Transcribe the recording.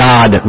God